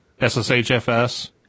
SSHFS